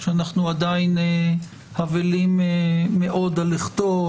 שאנחנו עדין אבלים מאוד על לכתו.